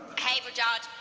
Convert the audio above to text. hey rudyard.